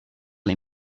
les